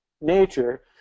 nature